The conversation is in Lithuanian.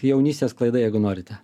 jaunystės klaida jeigu norite